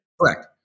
Correct